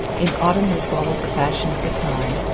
in autumn we followed the fashion of the time,